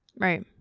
Right